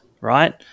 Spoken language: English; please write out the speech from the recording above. right